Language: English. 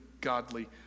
godly